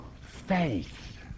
Faith